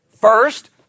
First